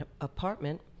apartment